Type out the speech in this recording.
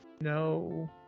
No